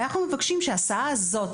אנחנו מבקשים שההסעה הזאת,